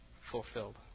fulfilled